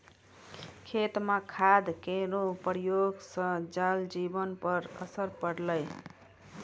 खेत म खाद केरो प्रयोग सँ जल जीवन पर असर पड़लै